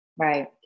right